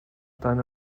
deine